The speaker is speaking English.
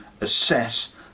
assess